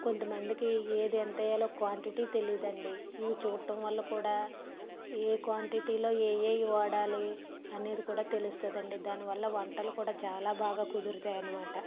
కొంతమందికి ఏది ఎంత వేయాలో క్వాంటిటీ తెలియదు అండి ఇవి చూడడం వల్ల కూడా ఏ క్వాంటిటీలో ఏవేవి వాడాలి అనేది కూడా తెలుస్తుంది అండి దానివల్ల వంటలు కూడా చాలా బాగా కుదురుతాయి అన్నమాట